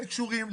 כן קשורים,